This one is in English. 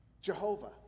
Jehovah